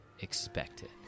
Expected